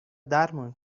درمون